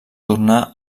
tornà